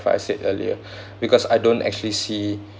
what I said earlier because I don't actually see